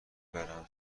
برم